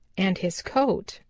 and his coat,